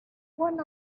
one